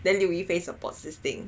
then 刘亦菲 supports this thing